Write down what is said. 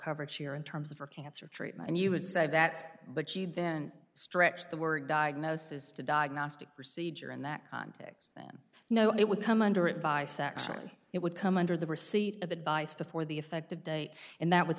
coverage here in terms of her cancer treatment and you would say that but she then stretch the word diagnosis to diagnostic procedure in that context then no it would come under advice section it would come under the receipt of advice before the effective date and that would